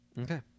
Okay